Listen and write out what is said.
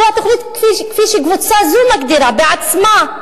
זו התוכנית, כפי שקבוצה זו מגדירה בעצמה.